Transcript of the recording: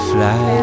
Fly